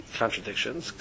contradictions